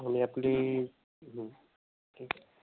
आणि आपली ठीक आहे